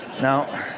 Now